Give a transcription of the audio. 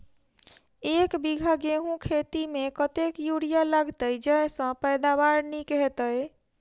एक बीघा गेंहूँ खेती मे कतेक यूरिया लागतै जयसँ पैदावार नीक हेतइ?